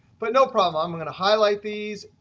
but no problem. i'm going to highlight these.